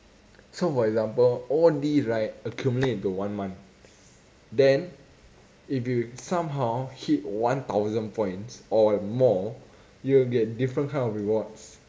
so for example all these right accumulate into one month then if you somehow hit one thousand points or more you will get different kind of rewards